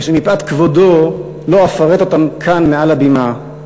ושמפאת כבודו לא אפרט אותם כאן, מעל הבימה,